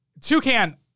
Toucan